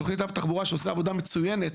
תוכנית אב תחבורה שעושה עבודה מצוינת,